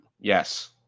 Yes